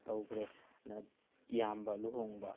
ꯇꯧꯈꯔꯦ ꯏꯌꯥꯝꯕ ꯂꯨꯍꯣꯡꯕ